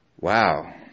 Wow